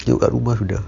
tengok kat rumah sudah